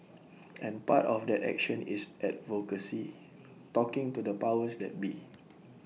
and part of that action is advocacy talking to the powers that be